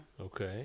Okay